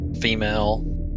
female